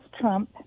Trump